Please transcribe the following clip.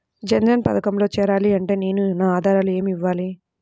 జన్ధన్ పథకంలో చేరాలి అంటే నేను నా ఆధారాలు ఏమి ఇవ్వాలి?